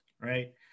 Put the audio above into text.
right